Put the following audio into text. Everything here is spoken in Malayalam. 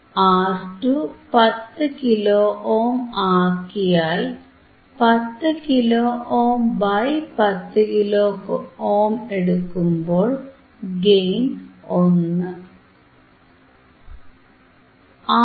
R2 10 കിലോ ഓം ആക്കിയാൽ 10 kilo ohm by 10 kilo ohm എടുക്കുമ്പോൾ ഗെയിൻ 1